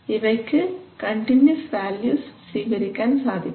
ഇവയ്ക്ക് continuous values സ്വീകരിക്കാൻ സാധിക്കില്ല